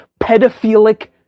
pedophilic